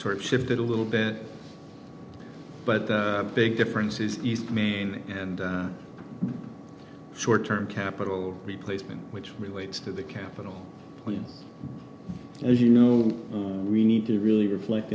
sort of shifted a little bit but the big difference is east main and short term capital replacement which relates to the capital as you know we need to really reflect